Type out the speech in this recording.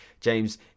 James